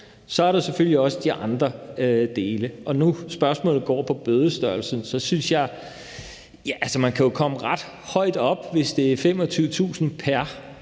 er der selvfølgelig også de andre dele. Og når nu spørgsmålet går på bødestørrelsen, synes jeg at man altså kan komme ret højt op, hvis det er 25.000 kr.